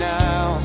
now